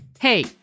Hey